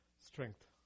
strength